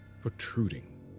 protruding